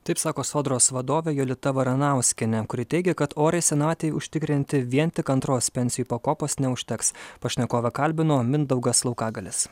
taip sako sodros vadovė julita varanauskienė kuri teigė kad oriai senatvei užtikrinti vien tik antros pensijų pakopos neužteks pašnekovę kalbino mindaugas laukagalius